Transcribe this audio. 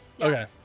Okay